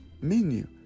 menu